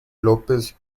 lópez